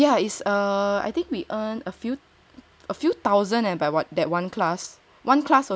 ya is err I think we earn a few a few thousand eh by what that one class one class only I think